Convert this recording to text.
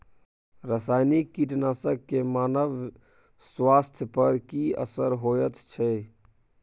रसायनिक कीटनासक के मानव स्वास्थ्य पर की असर होयत छै?